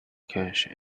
cache